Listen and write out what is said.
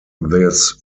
this